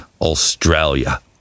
Australia